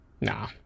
Nah